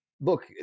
look